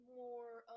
more